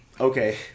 Okay